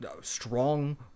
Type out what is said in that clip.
strong